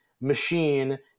machine